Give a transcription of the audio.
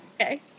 Okay